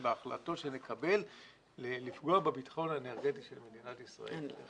בהחלטות שנקבל לפגוע בביטחון האנרגטי של מדינת ישראל.